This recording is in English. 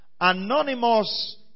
Anonymous